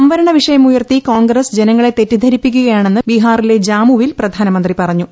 സംവരണ വിഷയമുയർത്തി കോൺഗ്രസ് ജനങ്ങളെ തെറ്റിദ്ധരിപ്പിക്കുകയാണെന്ന് ബീഹാറിലെ ജാമുവിൽ പ്രധാനമന്ത്രി പറഞ്ഞു